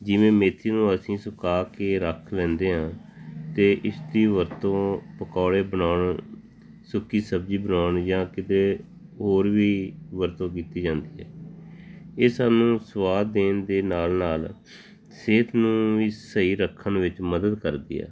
ਜਿਵੇਂ ਮੇਥੀ ਨੂੰ ਅਸੀਂ ਸੁਕਾ ਕੇ ਰੱਖ ਲੈਂਦੇ ਹਾਂ ਅਤੇ ਇਸ ਦੀ ਵਰਤੋਂ ਪਕੌੜੇ ਬਣਾਉਣ ਸੁੱਕੀ ਸਬਜ਼ੀ ਬਣਾਉਣ ਜਾਂ ਕਿਤੇ ਹੋਰ ਵੀ ਵਰਤੋਂ ਕੀਤੀ ਜਾਂਦੀ ਹੈ ਇਹ ਸਾਨੂੰ ਸਵਾਦ ਦੇਣ ਦੇ ਨਾਲ ਨਾਲ ਸਿਹਤ ਨੂੰ ਵੀ ਸਹੀ ਰੱਖਣ ਵਿੱਚ ਮਦਦ ਕਰਦੀ ਹੈ